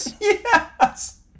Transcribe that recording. Yes